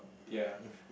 ya